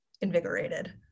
invigorated